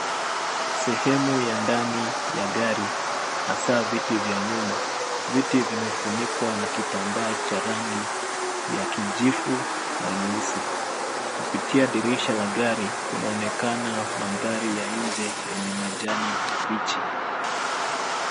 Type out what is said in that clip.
Sehemu ya ndani ya gari hasa viti vya nyuma. Viti vimefunikwa na kitambaa cha rangi ya kijivu na nyeusi. Kupitia dirisha la gari kunaonekana mandhari ya nje ya majani mabichi.